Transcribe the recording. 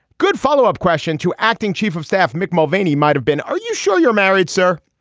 good follow up question to acting chief of staff mick mulvaney might have been. are you sure you're married sir.